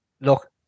look